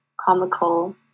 comical